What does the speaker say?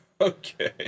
Okay